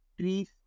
trees